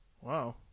wow